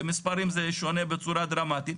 במספרים זה שונה בצורה דרמטית,